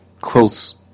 close